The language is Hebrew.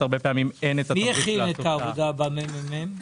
מי הכין את העבודה בממ"מ?